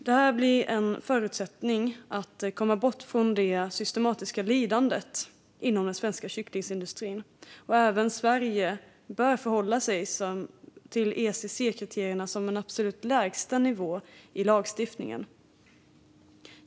Detta blir en möjlighet att komma bort från det systematiska lidandet inom den svenska kycklingindustrin, och även Sverige bör förhålla sig till ECC-kriterierna som en absolut lägsta nivå i lagstiftningen.